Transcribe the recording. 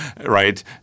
right